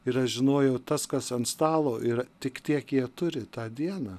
ir aš žinojau tas kas ant stalo yra tik tiek jie turi tą dieną